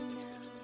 now